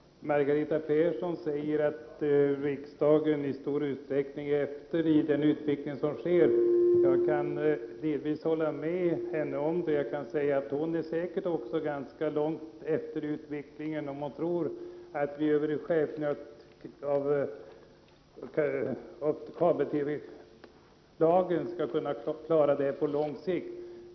Herr talman! Margareta Persson säger att riksdagen i stor utsträckning ligger efter när det gäller utvecklingen på detta område. Jag kan delvis hålla med om det, men Margareta Persson är nog själv ganska långt efter i utvecklingen, om hon tror att vi med hjälp av lagen om kabel-TV skall kunna klara det här på lång sikt.